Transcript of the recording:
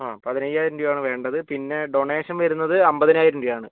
ആ പതിനയ്യായിരം രൂപ ആണ് വേണ്ടത് പിന്നെ ഡോണേഷൻ വരുന്നത് അൻപതിനായിരം രൂപ ആണ്